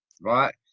right